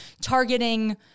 targeting